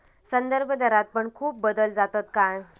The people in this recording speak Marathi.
संदर्भदरात पण खूप बदल जातत काय?